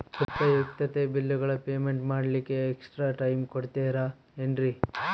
ಉಪಯುಕ್ತತೆ ಬಿಲ್ಲುಗಳ ಪೇಮೆಂಟ್ ಮಾಡ್ಲಿಕ್ಕೆ ಎಕ್ಸ್ಟ್ರಾ ಟೈಮ್ ಕೊಡ್ತೇರಾ ಏನ್ರಿ?